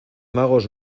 magos